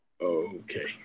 Okay